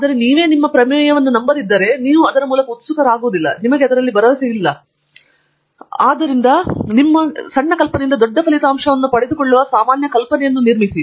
ಆದರೆ ನೀವು ಅದನ್ನು ನಂಬದಿದ್ದರೆ ಅದರ ಮೂಲಕ ನೀವು ಉತ್ಸುಕರಾಗುವುದಿಲ್ಲ ನಿಮಗೆ ಅದರಲ್ಲಿ ಭರವಸೆ ಇಲ್ಲ ನೀವು ಇರಿಸಿಕೊಳ್ಳಲು ಹೋಗುತ್ತಿಲ್ಲ ಎಲ್ಲಾ ಸಂದರ್ಭಗಳಲ್ಲಿ ಖಾಲಿಯಾದ ಮತ್ತು ನಿಮಗೆ ದೊಡ್ಡ ಫಲಿತಾಂಶವನ್ನು ನೀಡುವ ಸಾಮಾನ್ಯ ಕಲ್ಪನೆಯನ್ನು ನಿರ್ಮಿಸಿ